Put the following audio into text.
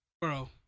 bro